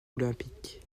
olympiques